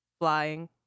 Flying